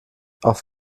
auf